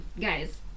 guys